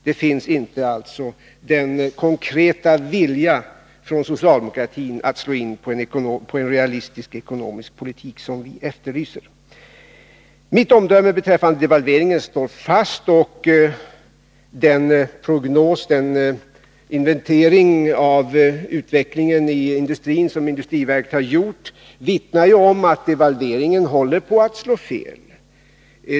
Det finns alltså inte den konkreta vilja hos socialdemokratin att slå in på en realistisk ekonomisk politik som. vi efterlyser. Mitt omdöme beträffande devalveringen står fast. Den inventering av utvecklingen i industrin som industriverket har gjort vittnar ju om att devalveringen håller på att slå fel.